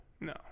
No